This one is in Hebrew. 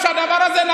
כשהדבר הזה הגיע,